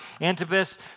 Antipas